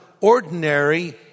ordinary